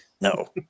No